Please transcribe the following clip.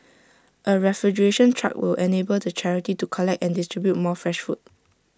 A refrigeration truck will enable the charity to collect and distribute more fresh food